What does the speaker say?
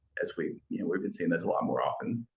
as we've you know we've been seeing this a lot more often.